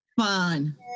Fun